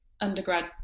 undergrad